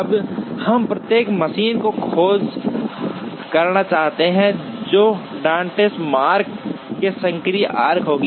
अब हम प्रत्येक मशीन की खोज करना चाहते हैं जो डॉटेड आर्क्स से सक्रिय आर्क्स होगी